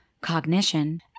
cognition